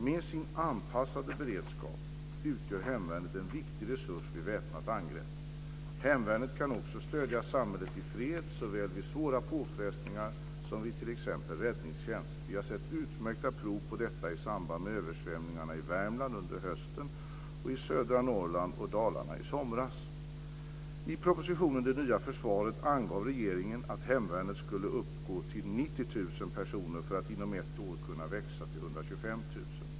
Med sin anpassade beredskap utgör hemvärnet en viktig resurs vid väpnat angrepp. Hemvärnet kan också stödja samhället i fred såväl vid svåra påfrestningar som vid t.ex. räddningstjänst. Vi har sett utmärkta prov på detta i samband med översvämningarna i Värmland under hösten och i södra Norrland och Dalarna i somras. 1999/2000:30) angav regeringen att hemvärnet skulle uppgå till 90 000 personer för att inom ett år kunna växa till 125 000.